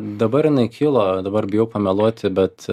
dabar jinai kilo dabar bijau pameluoti bet